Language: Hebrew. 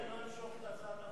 אני לא אמשוך את הצעת החוק חזרה.